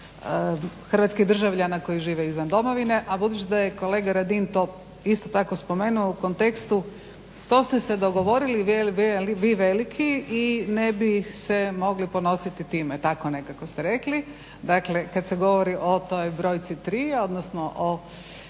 hrvatskih državljana koji žive izvan domovine, a budući da je kolega Radin to isto tako spomenuo u kontekstu to ste se dogovorili vi veliki i ne bih se mogli ponositi time, tako nekako ste rekli. Dakle kad se govori o toj brojci tri, odnosno o